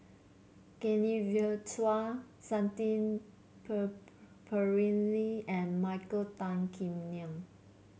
Genevieve Chua Shanti Pereira and Michael Tan Kim Nei